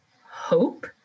hope